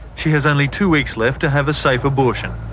she has only two weeks left to have a safe abortion.